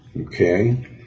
Okay